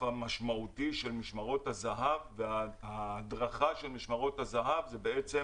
המשמעותי של משמרות הזה"ב וההדרכה של משמרות הזה"ב זה בעצם